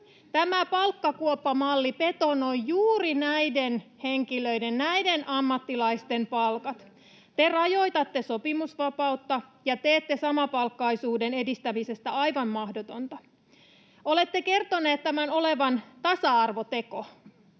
Tämä palkkakuoppamalli betonoi juuri näiden henkilöiden, näiden ammattilaisten palkat. [Vasemmalta: Kyllä!] Te rajoitatte sopimusvapautta ja teette samapalkkaisuuden edistämisestä aivan mahdotonta. Olette kertoneet tämän olevan tasa-arvoteko.